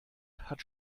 hat